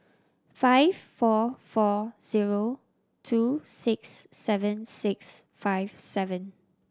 five four four zero two six seven six five seven